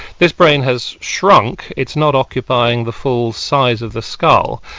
this brain has shrunk, it's not occupying the full size of the skull,